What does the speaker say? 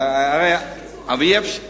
זה לא שייך לקיצוץ.